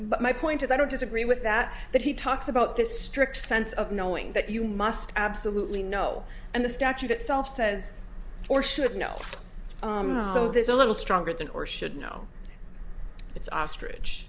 but my point is that i disagree with that but he talks about this strict sense of knowing that you must absolutely know and the statute itself says or should know so there's a little stronger than or should know it's ostrich